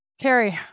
Carrie